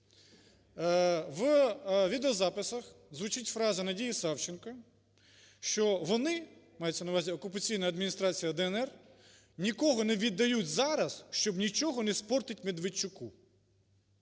В відеозаписах звучить фраза Надії Савченко, що вони, мається на увазі окупаційна адміністрація "ДНР", нікого не віддають зараз, щоб нічого не спортить Медведчуку.